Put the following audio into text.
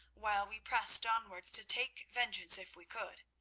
while we pressed onwards to take vengeance if we could.